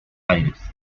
aires